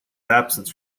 absence